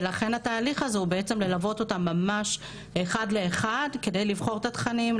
ולכן התהליך הזה הוא בעצם ללוות אותם ממש אחד לאחד כדי לבחור את התכנים,